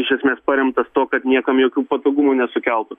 iš esmės paremtas tuo kad niekam jokių patogumų nesukeltų